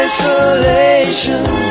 Isolation